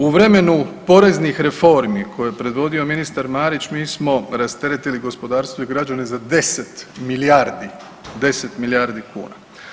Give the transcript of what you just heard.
U vremenu poreznih reformi koje je predvodio ministar Marić mi smo rasteretili gospodarstvo i građane za 10 milijardi, 10 milijardi kuna.